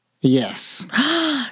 yes